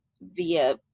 via